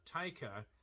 taker